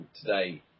today